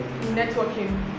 networking